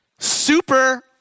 Super